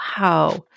Wow